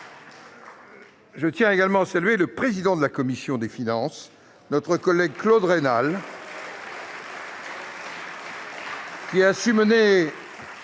Je tiens également à saluer le président de la commission des finances, Claude Raynal, qui a su mener